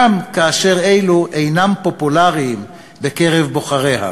גם כאשר אלו אינן פופולריות בקרב בוחריה.